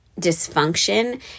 dysfunction